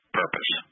purpose